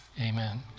Amen